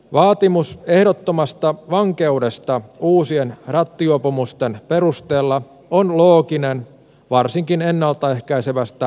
vaatimus ehdottomasta vankeudesta uusien rattijuopumusten perusteella on looginen varsinkin ennalta ehkäisevästä näkökulmasta